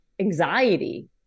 anxiety